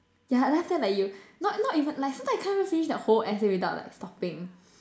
yeah then after that like you not not even like sometime you can't even finish the whole essay without like stopping